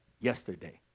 yesterday